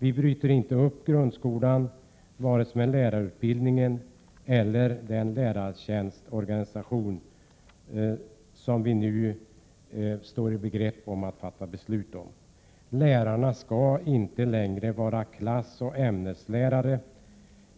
Vi bryter inte upp grundskolan vare sig med lärarutbildningen eller med den lärartjänstorganisation som vi nu står i begrepp att fatta beslut om. Lärarna skall inte längre vara klassoch ämneslärare